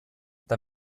eta